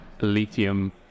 lithium